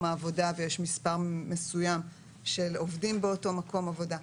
העבודה ויש מספר מסוים של עובדים באותו מקום עבודה.